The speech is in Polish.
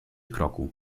kroku